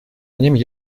ним